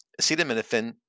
acetaminophen